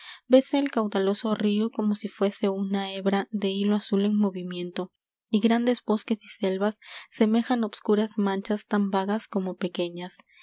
vese el caudaloso rio como si fuese una hebra de hilo azul en movimiento y grandes bosques y selvas semejan obscuras manchas tan vagas como pequeñas